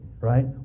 right